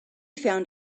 found